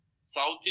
South